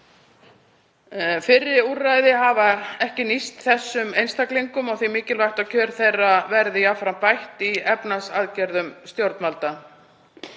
Fyrri úrræði hafa ekki nýst þessum einstaklingum og því mikilvægt að kjör þeirra verði jafnframt bætt í efnahagsaðgerðum stjórnvalda.